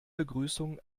begrüßung